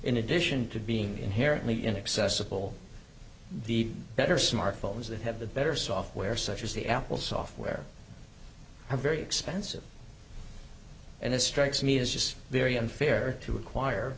in addition to being inherently inaccessible the better smartphones that have the better software such as the apple software are very expensive and it strikes me as just very unfair to require